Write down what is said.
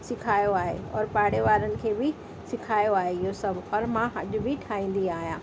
सेखारियो आहे और पाड़ेवारनि खे बि सेखारियो आहे इहो सभु और मां अॼु बि ठाहींदी आहियां